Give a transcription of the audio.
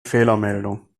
fehlermeldung